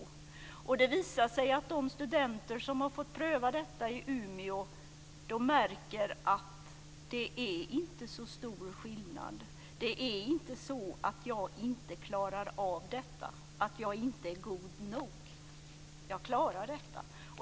Det har visat sig att de studenter som har fått pröva detta i Umeå märker att det inte är så stor skillnad. Det är inte så att jag inte klarar av detta, märker man. Det är inte så att jag inte är god nog, utan jag klarar detta.